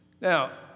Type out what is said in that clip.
Now